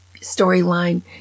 storyline